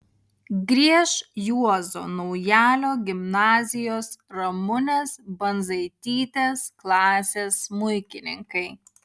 grieš juozo naujalio gimnazijos ramunės bandzaitytės klasės smuikininkai